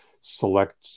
select